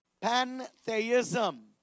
pantheism